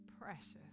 precious